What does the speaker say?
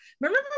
Remember